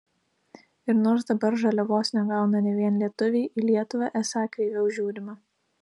ir nors dabar žaliavos negauna ne vien lietuviai į lietuvą esą kreiviau žiūrima